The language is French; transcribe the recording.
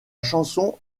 chanson